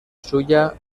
suya